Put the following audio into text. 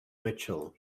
mitchell